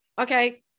okay